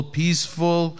peaceful